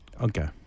Okay